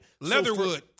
Leatherwood